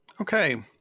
Okay